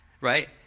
right